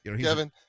Kevin